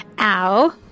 Ow